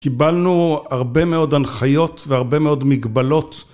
קיבלנו הרבה מאוד הנחיות והרבה מאוד מגבלות